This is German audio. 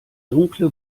dunkle